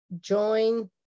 join